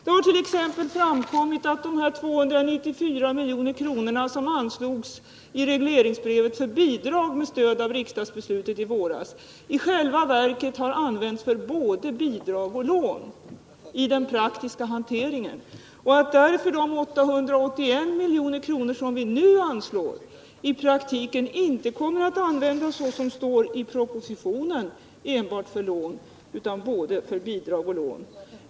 Det har t.ex. framkommit att de 294 milj.kr. som anslogs i regleringsbrevet för bidrag med stöd av riksdagsbeslutet i våras i själva verket har använts för både bidrag och lån i den praktiska hanteringen. De 881 milj.kr. som vi nu anslår kommer därför i praktiken inte att användas — som det står i propositionen — enbart för lån, utan för både bidrag och lån.